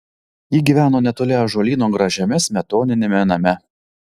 ji gyveno netoli ąžuolyno gražiame smetoniniame name